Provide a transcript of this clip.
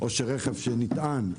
עד שמקום החניה יתפנה.